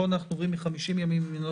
זו נוסחת חישבו מהו המספר המרבי,